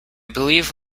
believe